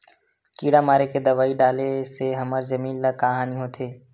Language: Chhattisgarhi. किड़ा मारे के दवाई डाले से हमर जमीन ल का हानि होथे?